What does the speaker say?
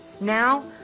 Now